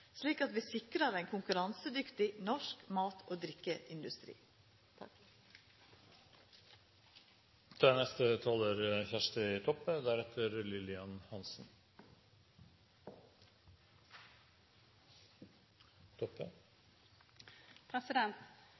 slik at vi sikrar ein konkurransedyktig norsk mat- og drikkeindustri.